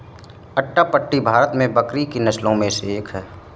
अट्टापडी भारत में बकरी की नस्लों में से एक है